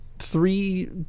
three